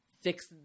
fix